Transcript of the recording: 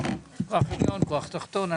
כוח תחתון.